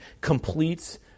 completes